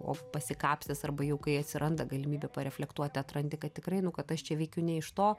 o pasikapstęs arba jau kai atsiranda galimybė reflektuoti atrandi kad tikrai nu kad aš čia veikiu ne iš to